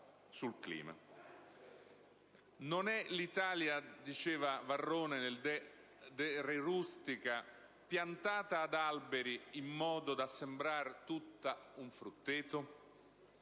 sul clima. «Non è l'Italia» - diceva Varrone nel «*De re rustica*» - «piantata ad alberi in modo da sembrar tutta un frutteto?».